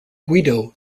guido